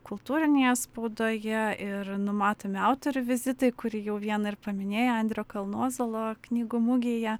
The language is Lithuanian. kultūrinėje spaudoje ir numatomi autorių vizitai kurį jau vieną ir paminėjo andrio kalnuozuolo knygų mugėje